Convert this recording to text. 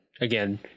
again